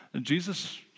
Jesus